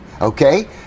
Okay